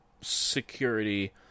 security